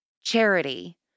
charity